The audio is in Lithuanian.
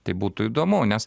tai būtų įdomu nes